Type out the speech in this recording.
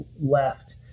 left